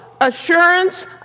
assurance